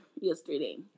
yesterday